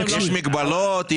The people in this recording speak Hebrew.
יש מגבלות,